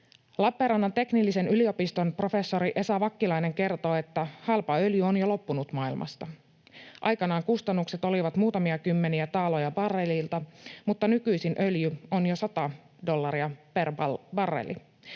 Lappeenrannan teknillisen yliopiston professori Esa Vakkilainen kertoo, että halpa öljy on jo loppunut maailmasta. Aikanaan kustannukset olivat muutamia kymmeniä taaloja barrelilta, mutta nykyisin öljy on jo 100 dollaria per barreli.